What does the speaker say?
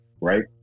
right